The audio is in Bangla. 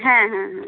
হ্যাঁ হ্যাঁ হ্যাঁ